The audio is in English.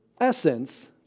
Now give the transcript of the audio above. essence